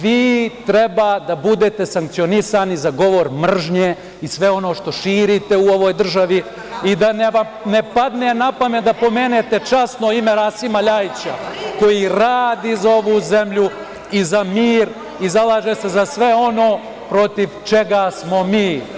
Vi treba da budete sankcionisani za govor mržnje i sve ono što širite u ovoj državi i da vam ne padne na pamet da pomenete časno ime Rasima LJajića koji radi za ovu zemlju i za mir i zalaže se za sve ono protiv čega smo mi.